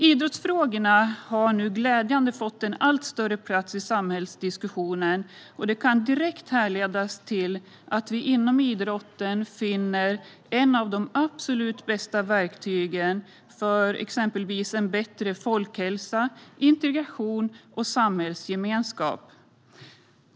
Idrottsfrågorna har nu glädjande nog fått en allt större plats i samhällsdiskussionen, och det kan direkt härledas till att vi inom idrotten finner ett av de absolut bästa verktygen för exempelvis en bättre folkhälsa, integration och samhällsgemenskap.